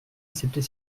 accepter